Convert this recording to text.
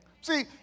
See